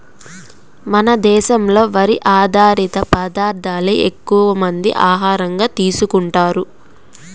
మన దేశంలో వరి ఆధారిత పదార్దాలే ఎక్కువమంది ఆహారంగా తీసుకుంటన్నారు